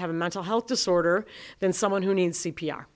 have a mental health disorder than someone who needs c p r